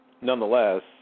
nonetheless